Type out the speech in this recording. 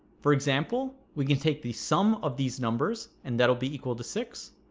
for example we can take the sum of these numbers and that'll be equal to six